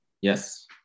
Yes